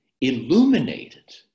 illuminated